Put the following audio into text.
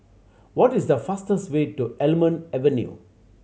what is the fastest way to Almond Avenue